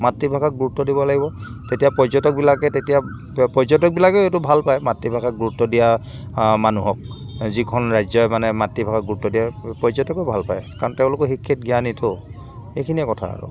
মাতৃভাষাক গুৰুত্ব দিব লাগিব তেতিয়া পৰ্যটকবিলাকে তেতিয়া পৰ্যটকবিলাকেই এইটো ভালপায় মাতৃভাষাক গুৰুত্ব দিয়া মানুহক যিখন ৰাজ্যই মানে মাতৃভাষাক গুৰুত্ব দিয়ে পৰ্যটকেও ভালপায় কাৰণ তেওঁলোকো শিক্ষিত জ্ঞানীতো এইখিনিয়ে কথা আৰু